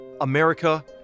America